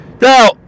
Now